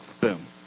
boom